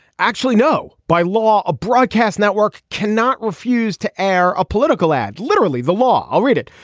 actually no. by law a broadcast network cannot refuse to air a political ad. literally the law. i'll read it.